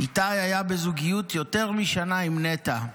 איתי היה בזוגיות יותר משנה עם נטע,